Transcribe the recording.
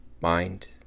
mind